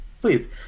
Please